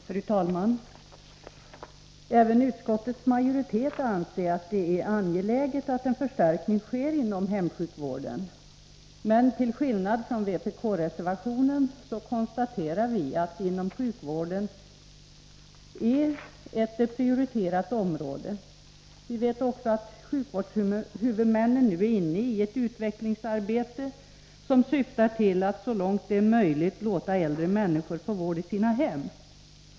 Fru talman! Även utskottsmajoriteten anser att det är angeläget med en förstärkning inom hemsjukvården. Men till skillnad från vpk konstaterar vi att sjukvården är ett prioriterat område. Vi vet att sjukvårdshuvudmännen nu är inne i ett utvecklingsarbete, som syftar till att så långt det är möjligt låta äldre människor få vård i sina hem.